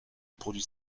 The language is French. produit